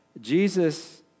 Jesus